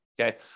okay